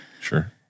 Sure